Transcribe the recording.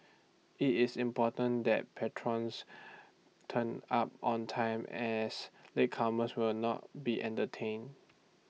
IT is important that patrons turn up on time as latecomers will not be entertain